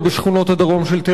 והמצוקה שם היא אמיתית.